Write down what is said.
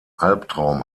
albtraum